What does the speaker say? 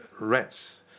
rats